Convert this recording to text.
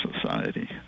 Society